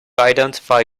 identify